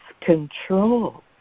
control